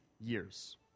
years